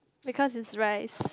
because it's rice